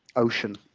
ocean.